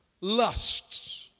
lusts